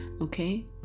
okay